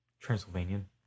Transylvanian